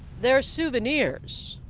their souvenirs.